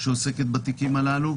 שעוסקת בתיקים הללו,